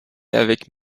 avec